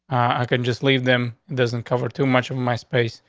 i couldn't just leave them. doesn't cover too much of my space.